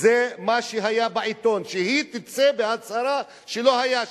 זה מה שהיה בעיתון, שהיא תצא בהצהרה שלא היה.